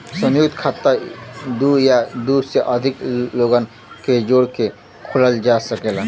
संयुक्त खाता दू या दू से अधिक लोगन के जोड़ के खोलल जा सकेला